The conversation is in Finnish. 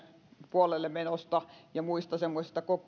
puolelle menosta ja muista semmoisista